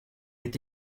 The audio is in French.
est